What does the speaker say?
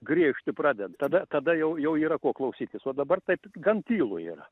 griežti pradeda tada tada jau jau yra ko klausytis o dabar taip gan tylu yra